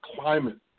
climate